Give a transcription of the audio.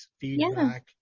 feedback